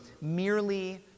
merely